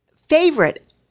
favorite